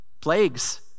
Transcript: Plagues